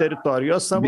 teritorijos savo